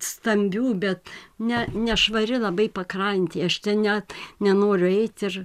stambių be ne nešvari labai pakrantė aš net nenoriu eit ir